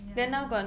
ya